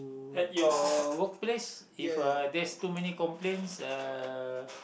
at your work place if uh there's too many complaints uh